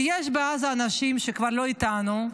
כי יש בעזה אנשים שכבר לא איתנו,